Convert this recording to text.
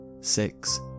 six